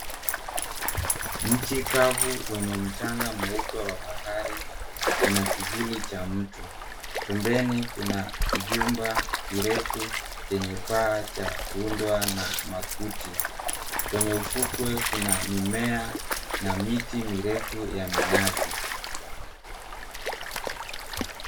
Nchi kavu wenye mchanga mweupe wa bahari una kivuli cha mtu. Pembeni kuna kijumba kirefu chenye paa cha kuundwa na makuti. Kwenye ufukwe kuna mimea na miti mirefu ya minazi.